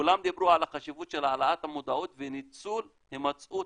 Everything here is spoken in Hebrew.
כולם דיברו על החשיבות של העלאת המודעות וניצול הימצאות